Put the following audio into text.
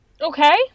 Okay